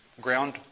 ground